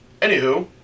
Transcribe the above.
Anywho